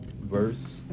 verse